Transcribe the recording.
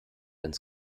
ins